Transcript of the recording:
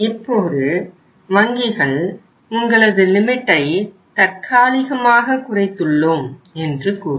இப்போது வங்கிகள் உங்களது லிமிட்டை தற்காலிகமாக குறைத்துள்ளோம் என்று கூறுவர்